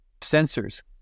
sensors